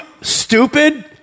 stupid